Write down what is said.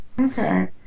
Okay